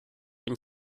ihm